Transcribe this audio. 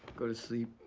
go to sleep.